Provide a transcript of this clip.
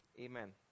Amen